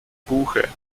buche